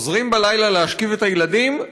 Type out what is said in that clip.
חוזרים בלילה להשכיב את הילדים,